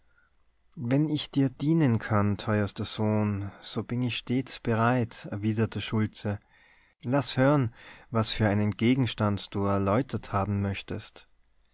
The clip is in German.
wenn ich dir dienen kann teuerster sohn so bin ich stets bereit erwiderte schultze laß hören was für einen gegenstand du erläutert haben möchtest